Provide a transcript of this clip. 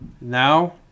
Now